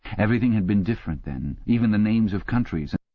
everything had been different then. even the names of countries,